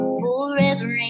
forever